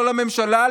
לא לממשלה,